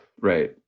right